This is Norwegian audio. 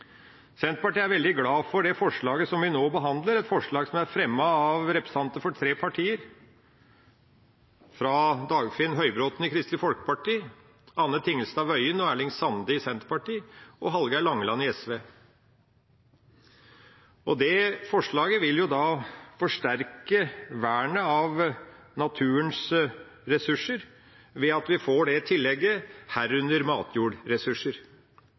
Senterpartiet er veldig glad for det forslaget vi nå behandler, et forslag som er fremmet av representanter for tre partier: Dagfinn Høybråten i Kristelig Folkeparti, Anne Tingelstad Wøien og Erling Sande i Senterpartiet og Hallgeir H. Langeland i SV. Det forslaget vil forsterke vernet av naturens ressurser, ved at vi får det tillegget – «herunder matjordressurser».